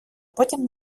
потім